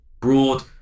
Broad